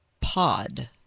pod